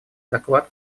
доклад